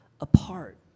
apart